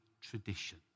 tradition